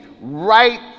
right